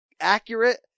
accurate